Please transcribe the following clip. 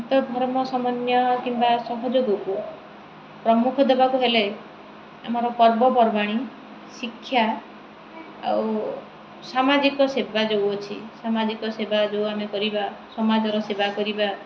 ଧର୍ମ ସମନ୍ୱୟ କିମ୍ବା ସହଯୋଗକୁ ପ୍ରମୁଖ ଦେବାକୁ ହେଲେ ଆମର ପର୍ବପର୍ବାଣି ଶିକ୍ଷା ଆଉ ସାମାଜିକ ସେବା ଯୋଉ ଅଛି ସାମାଜିକ ସେବା ଯୋଉ ଆମେ କରିବା ସମାଜର ସେବା କରିବା